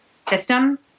system